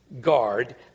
guard